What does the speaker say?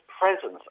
presence